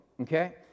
okay